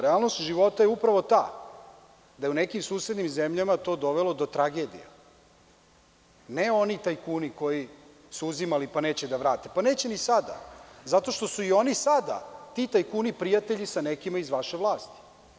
Realnost života je upravo ta da je u nekim susednim zemljama to dovelo do tragedije, ne oni tajkuni koji su uzimali, pa neće da vrate, pa neće ni sada, zato što su i oni sada, ti tajkuni, prijatelji sa nekim iz vaše vlasti.